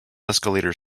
escalator